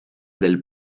del